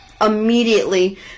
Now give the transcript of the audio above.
immediately